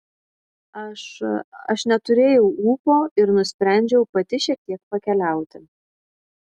aš aš neturėjau ūpo ir nusprendžiau pati šiek tiek pakeliauti